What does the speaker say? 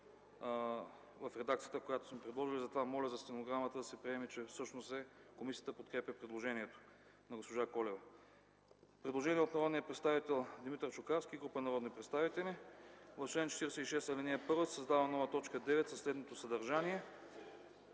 в редакцията, която сме предложили. Затова моля в стенограмата да се запише, че всъщност комисията подкрепя предложението на госпожа Колева. Има предложение от народния представител Димитър Чукарски и група народни представители: В чл. 46, ал. 1 се създава нова т. 9 със следното съдържание: